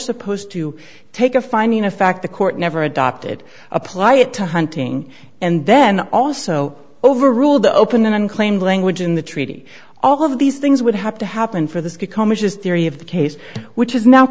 supposed to take a finding of fact the court never adopted apply it to hunting and then also overruled to open an unclaimed language in the treaty all of these things would have to happen for this becomes his theory of the case which is now